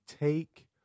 take